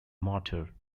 martyr